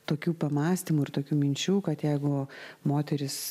tokių pamąstymų ir tokių minčių kad jeigu moteris